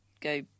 go